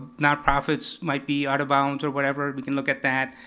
non profits might be out of bounds or whatever. we can look at that.